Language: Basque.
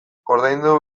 ordaindu